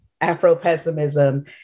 Afro-pessimism